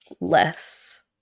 less